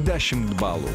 dešimt balų